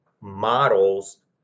models